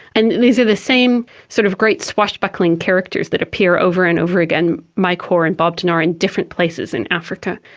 and these are the same sort of great swashbuckling characters that appear over and over again, mike hoare and bob denard, in different places in africa,